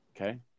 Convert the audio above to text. Okay